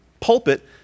pulpit